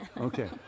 Okay